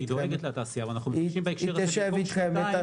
היא גם דואגת לתעשייה ואנחנו מבקשים בהקשר הזה במקום שנתיים,